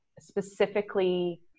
specifically